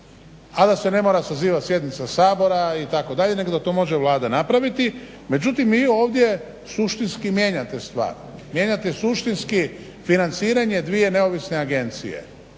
a da se ne mora sazivati sjednica Sabora itd. nego da to može Vlada napraviti. Međutim mi ovdje suštinski mijenjate stvar. Mijenjate suštinski financiranje dvije neovisne agencije.